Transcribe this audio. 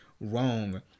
wrong